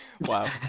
Wow